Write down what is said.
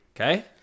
Okay